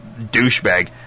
douchebag